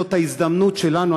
וזאת ההזדמנות שלנו,